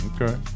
Okay